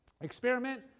experiment